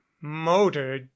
motor